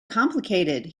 complicated